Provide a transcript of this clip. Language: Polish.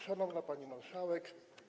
Szanowna Pani Marszałek!